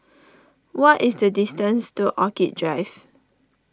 what is the distance to Orchid Drive